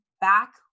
back